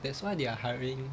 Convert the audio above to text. that's why they are hiring